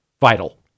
vital